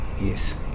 yes